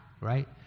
right